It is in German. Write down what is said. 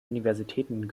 universitäten